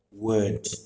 word